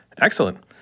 Excellent